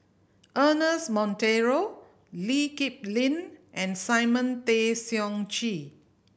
Ernest Monteiro Lee Kip Lin and Simon Tay Seong Chee